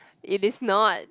it is not